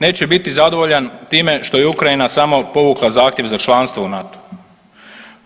Neće biti zadovoljan time što je Ukrajina sama povukla zahtjev za članstvo u NATO-u.